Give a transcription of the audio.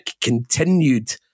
continued